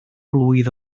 blwydd